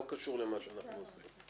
זה תוספת להבהרה, לא קשור למה שאנחנו עושים.